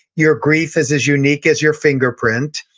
your grief is as unique as your fingerprint,